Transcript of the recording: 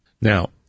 Now